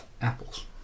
Apples